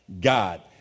God